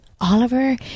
Oliver